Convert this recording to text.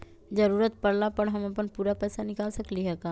जरूरत परला पर हम अपन पूरा पैसा निकाल सकली ह का?